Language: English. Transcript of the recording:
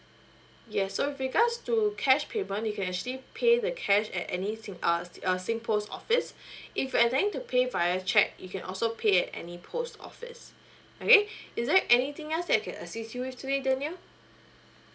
yes so with regards to cash payment you can actually pay the cash at any sing uh s~ uh sing post office if you're intending to pay via check you can also pay at any post office okay is there anything else that I can assist you with today danial